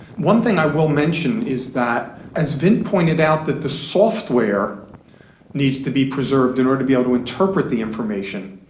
one thing i will mention is, as vint pointed out, that the software needs to be preserved in order to be able to interpret the information.